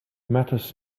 matters